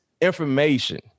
information